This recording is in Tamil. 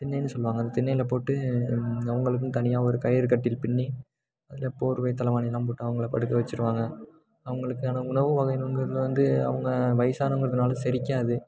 திண்ணைன்னு சொல்லுவாங்க அந்த திண்ணையில் போட்டு அவங்களுக்குன் தனியாக ஒரு கயிறு கட்டில் பின்னி அதில் போர்வை தலைவாணிலாம் போட்டு அவங்கள படுக்க வச்சுருவாங்க அவங்களுக்கான உணவு வகைணுங்கிறதில் வந்து அவங்க வயசானவங்கிறதுனால செரிக்காது